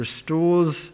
restores